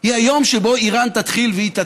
היא היום שבו איראן תתחיל,